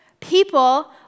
people